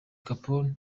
kapoor